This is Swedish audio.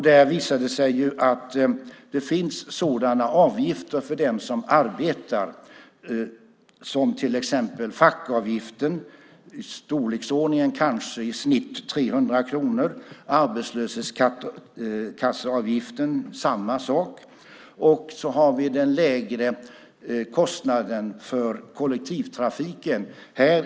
Där visar det sig att det finns avgifter för den som arbetar som pensionärer inte har, till exempel fackavgiften på kanske i storleksordningen 300 kronor och arbetslöshetskasseavgiften på samma nivå. Därtill har vi den lägre kostnaden för kollektivtrafiken för pensionärer.